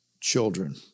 children